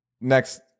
Next